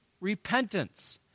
repentance